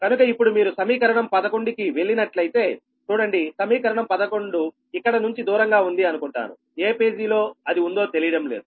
కనుక ఇప్పుడు మీరు సమీకరణం 11 కి వెళ్ళినట్లయితేచూడండి సమీకరణం 11 ఇక్కడ నుంచి దూరంగా ఉంది అనుకుంటాను ఏ పేజీలో అది ఉందో తెలియడం లేదు